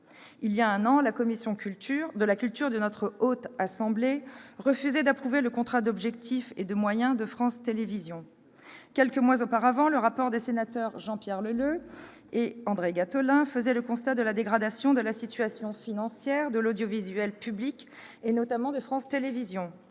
Il y a un an, la commission de la culture de notre Haute Assemblée refusait d'approuver le contrat d'objectifs et de moyens de France Télévisions. Quelques mois auparavant, le rapport des sénateurs Jean-Pierre Leleux et André Gattolin faisait le constat de la dégradation de la situation financière de l'audiovisuel public, notamment de France Télévisions.